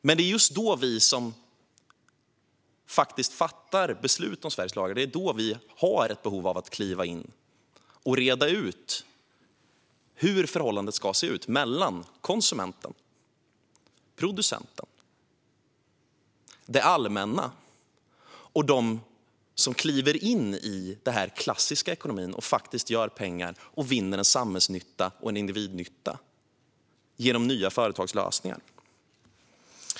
Men det är just då som vi som fattar beslut om Sveriges lagar behöver kliva in och reda ut hur förhållandet ska se ut mellan konsumenten, producenten, det allmänna och de som kliver in i den klassiska ekonomin och tjänar pengar samt skapar samhällsnytta och individnytta genom nya företagslösningar.